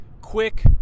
quick